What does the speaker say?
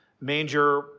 Manger